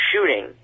shooting